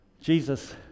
Jesus